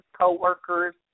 coworkers